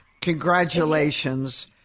Congratulations